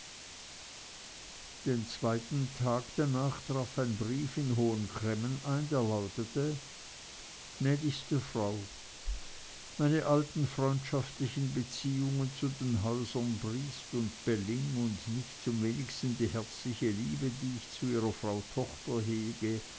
den zweiten tag danach traf ein brief in hohen cremmen ein der lautete gnädigste frau meine alten freundschaftlichen beziehungen zu den häusern briest und belling und nicht zum wenigsten die herzliche liebe die ich zu ihrer frau tochter hege